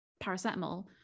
paracetamol